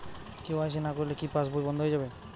KYC না করলে কি পাশবই বন্ধ হয়ে যাবে?